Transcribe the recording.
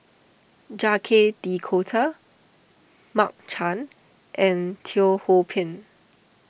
Jacques De Coutre Mark Chan and Teo Ho Pin